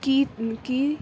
کی کی